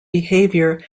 behaviour